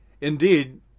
Indeed